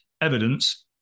evidence